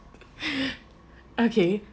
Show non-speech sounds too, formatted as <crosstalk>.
<laughs> okay